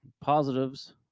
Positives